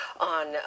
on